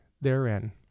therein